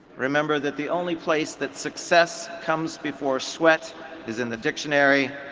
remember that the only place that success comes before sweat is in the dictionary.